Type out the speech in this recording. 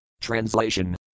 Translation